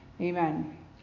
Amen